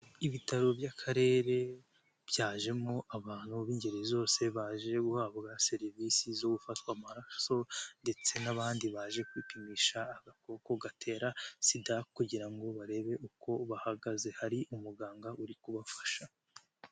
Ibitaro by'akarere byajemo abantu b'ingeri zose baje guhabwa serivisi zo gufatwa amaraso, ndetse n'abandi baje kwipimisha agakoko gatera sida kugira ngo barebe uko bahagaze. Hari umuganga uri kubafasha.